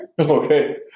Okay